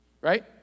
Right